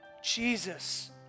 Jesus